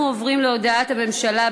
אנחנו עוברים להודעת הממשלה,